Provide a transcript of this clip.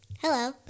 Hello